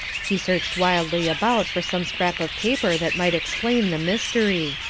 he searched wildly about for some scrap of paper that might explain the mystery.